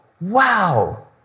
wow